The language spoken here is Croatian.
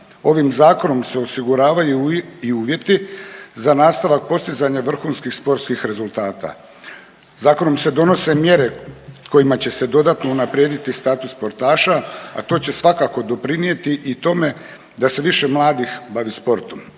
Ovim zakonom se osiguravaju i uvjeti za nastavak postizanja vrhunskih sportskih rezultata. Zakonom se donose mjere kojima će se dodatno unaprijediti status sportaša, a to će svakako doprinijeti i tome da se više mladih bavi sportom.